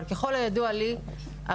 אבל ככל הידוע לי,